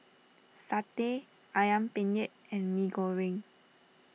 Satay Ayam Penyet and Mee Goreng